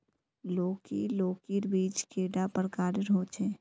लौकी लौकीर बीज कैडा प्रकारेर होचे?